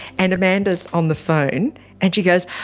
and amanda is on the phone and she goes,